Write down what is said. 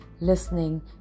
listening